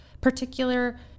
particular